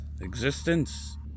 existence